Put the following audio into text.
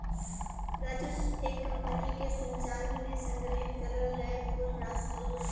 राजस्व एक कंपनी के संचालन में संग्रहित करल गयल कुल राशि हउवे